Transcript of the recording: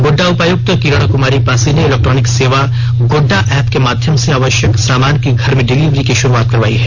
गोड्डा उपायुक्त किरण कुमारी पासी ने इलेक्ट्रॉनिक सेवा गोड्डा ऐप के माध्यम से आवश्यक सामान की घर में डिलीवरी की शुरुआत करवाई है